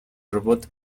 robot